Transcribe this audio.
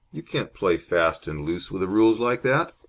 you can't play fast and loose with the rules like that.